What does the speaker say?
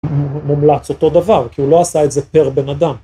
מומלץ אותו דבר כי הוא לא עשה את זה פר בן אדם.